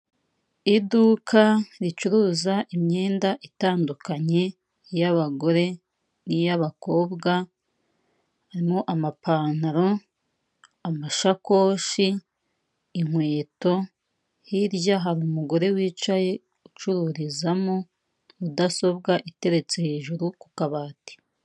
Iduka ricuruza imyenda itandukanye y'abagore n'iy'abakobwa, harimo amapantaro, amashakoshi, inkweto, hirya hari umugore wicaye ucururizamo, mudasobwa iteretse hejuru ku kabati.